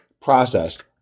processed